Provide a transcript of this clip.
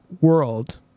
world